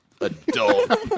adult